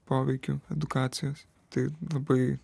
poveikių edukacijos tai labai